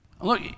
Look